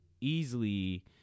easily